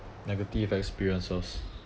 negative experiences